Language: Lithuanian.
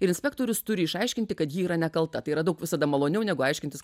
ir inspektorius turi išaiškinti kad ji yra nekalta tai yra daug visada maloniau negu aiškintis